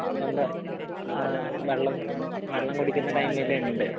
നല്ല വെള്ളം വെള്ളം കുടിക്കിന്ന ടൈമിൽ ഉണ്ട്